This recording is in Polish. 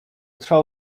trwało